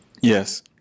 yes